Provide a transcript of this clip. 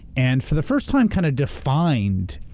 and for the first time kind of defined,